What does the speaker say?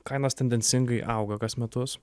kainos tendencingai auga kas metus